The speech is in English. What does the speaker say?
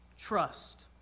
Trust